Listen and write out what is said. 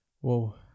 whoa